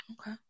Okay